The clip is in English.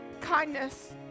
kindness